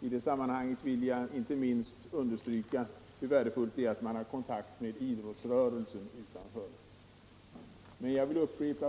I det sammanhanget vill jag särskilt understryka hur värdefullt det är att man har kontakt med idrottsrörelsen utanför anstalterna.